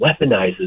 weaponizes